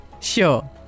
Sure